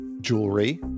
jewelry